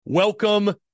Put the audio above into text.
Welcome